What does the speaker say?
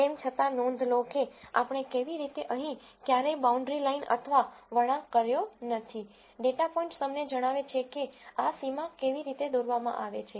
તેમ છતાં નોંધ લો કે આપણે કેવી રીતે અહીં ક્યારેય બાઉન્ડ્રી લાઇન અથવા વળાંક કર્યો નથી ડેટા પોઇન્ટ્સ તમને જણાવે છે કે આ સીમા કેવી રીતે દોરવામાં આવે છે